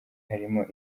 harimo